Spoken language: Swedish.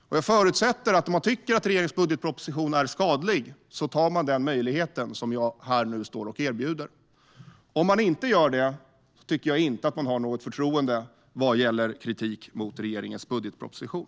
Jag förutsätter att om man tycker att regeringens budgetproposition är skadlig tar man den möjligheten som jag här och nu erbjuder. Om man inte gör det tycker jag att man inte har något förtroende vad gäller kritik mot regeringens budgetproposition.